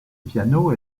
piano